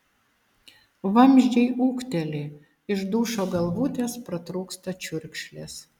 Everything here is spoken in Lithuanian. vamzdžiai ūkteli iš dušo galvutės pratrūksta čiurkšlės